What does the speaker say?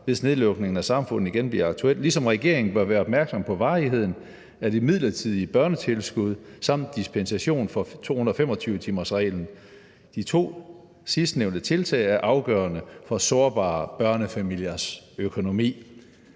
hvis nedlukningen af samfundet igen bliver aktuelt, ligesom regeringen bør være opmærksom på varigheden af det midlertidige børnetilskud samt dispensation for 225-timersreglen. De to sidstnævnte tiltag er afgørende for sårbare børnefamiliers økonomi.